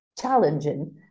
challenging